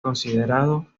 considerado